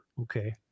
Okay